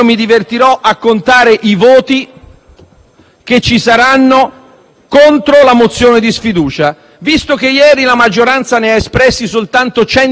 espressi contro la mozione di sfiducia, visto che ieri la maggioranza ne ha espressi soltanto 153 per salvare